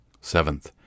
Seventh